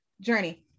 journey